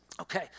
Okay